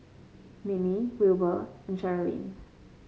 Manie Wilbur and Cherilyn